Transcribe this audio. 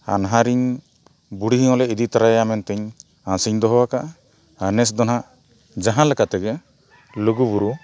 ᱦᱟᱱᱦᱟᱨᱤᱧ ᱵᱩᱰᱷᱤ ᱦᱚᱸᱞᱮ ᱤᱫᱤ ᱛᱚᱨᱟᱭᱟ ᱢᱮᱱᱛᱮᱧ ᱟᱥᱤᱧ ᱫᱚᱦᱚᱣ ᱠᱟᱜᱼᱟ ᱟᱨ ᱱᱮᱥ ᱫᱚ ᱱᱟᱜ ᱡᱟᱦᱟᱸ ᱞᱮᱠᱟ ᱛᱮᱜᱮ ᱞᱩᱜᱩᱵᱩᱨᱩ